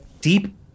deep